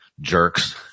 jerks